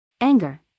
Anger